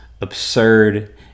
absurd